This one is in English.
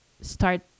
start